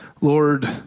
Lord